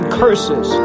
curses